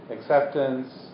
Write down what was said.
acceptance